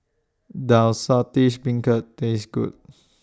Does Saltish Beancurd Taste Good